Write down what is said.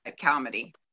comedy